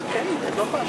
מזל טוב לגיל